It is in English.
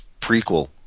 prequel